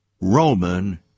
Roman